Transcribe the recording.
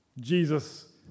Jesus